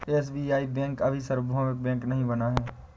SBI bank अभी सार्वभौमिक bank नहीं बना है